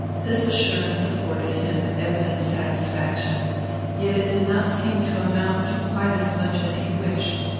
this assurance afforded him evident satisfaction yet it did not seem to amount to quite as much as he wished.